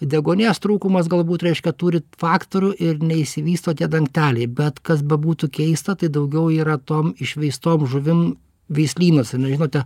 deguonies trūkumas galbūt reiškia turi faktorių ir neišsivysto tie dangteliai bet kas bebūtų keista tai daugiau yra tom išveistom žuvim veislynuose na žinote